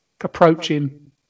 approaching